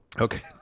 Okay